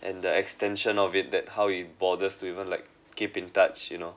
and the extension of it that how he bothers to even like keep in touch you know